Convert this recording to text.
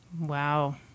Wow